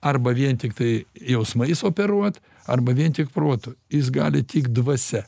arba vien tiktai jausmais operuot arba vien tik protu jis gali tik dvasia